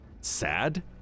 sad